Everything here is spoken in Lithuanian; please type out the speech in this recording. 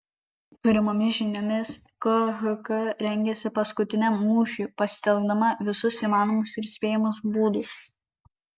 turimomis žiniomis khk rengiasi paskutiniam mūšiui pasitelkdama visus įmanomus ir spėjamus būdus